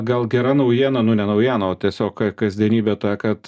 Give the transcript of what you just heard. gal gera naujiena nu ne naujiena o tiesiog kasdienybė ta kad